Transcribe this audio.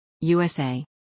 USA